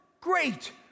great